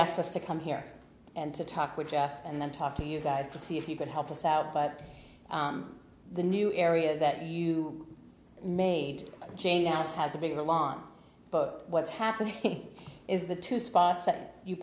asked us to come here and to talk with jeff and then talk to you guys to see if you could help us out but the new area that you made janus has a bigger lawn but what's happening is the two spots that you